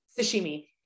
sashimi